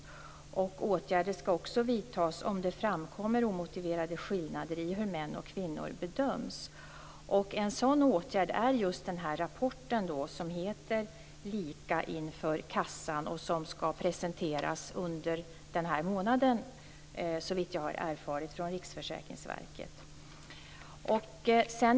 Åtgärder skall också vidtas om det framkommer omotiverade skillnader i hur kvinnor och män bedöms. Ett uttryck för en sådan åtgärd är just rapporten Lika inför kassan och som skall presenteras under den här månaden, såvitt jag har erfarit, från Riksförsäkringsverket.